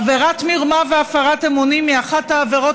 עבירת מרמה והפרת אמונים היא אחת העבירות